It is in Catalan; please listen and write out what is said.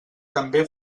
també